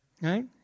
right